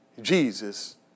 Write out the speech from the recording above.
Jesus